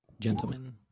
gentlemen